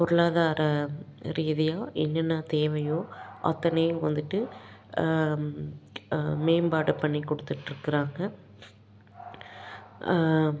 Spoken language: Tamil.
பொருளாதார ரீதியாக என்னென்ன தேவையோ அத்தனையும் வந்துட்டு மேம்பாடு பண்ணிக் கொடுத்துட்ருக்கறாங்க